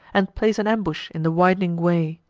and place an ambush in the winding way.